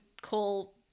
call